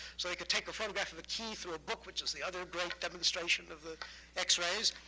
so they could take a photograph of a key through a book, which is the other great demonstration of the x-rays.